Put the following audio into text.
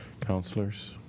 counselors